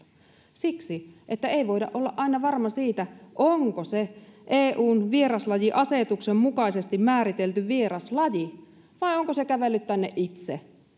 siksi että ei voida olla aina varmoja siitä onko se eun vieraslaji asetuksen mukaisesti määritelty vieraslaji vai onko se kävellyt tänne itse